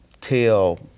tell